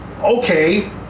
okay